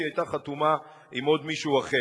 שהיא היתה חתומה עם מישהו אחר.